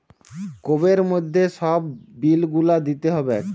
কোবের মধ্যে সব বিল গুলা দিতে হবে